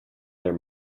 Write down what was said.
their